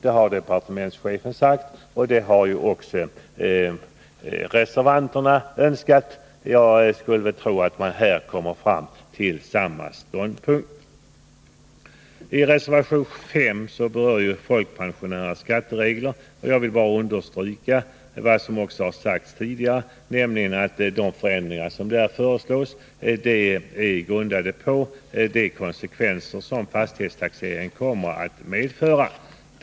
Det har departementschefen sagt, och det har också reservanterna önskat. Jag skulle tro att oberoende av vilken linje man väljer så kommer man fram till samma ståndpunkt. I reservation 5 berörs folkpensionärernas skatteregler. Jag vill understryka vad som har sagts tidigare, nämligen att de förändringar som där föreslås är grundade på de konsekvenser som fastighetstaxeringen kommer att medföra.